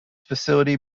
facility